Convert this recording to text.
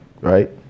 Right